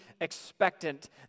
expectant